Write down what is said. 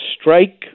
strike